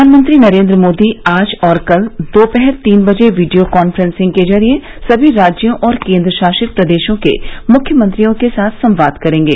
प्रधानमंत्री नरेंद्र मोदी आज और कल दोपहर तीन बजे वीडियो कांफ्रेंसिंग के जरिए सभी राज्यों और केंद्र शासित प्रदेशों के मुख्यमंत्रियों के साथ संवाद करेंगे